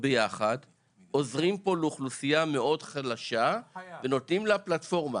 ביחד עוזרים פה לאוכלוסייה מאוד חלשה ונותנים לה פלטפורמה.